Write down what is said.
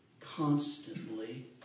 constantly